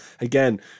again